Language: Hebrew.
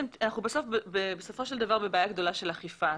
שבסופו של דבר אנחנו בבעיה גדולה של אכיפה.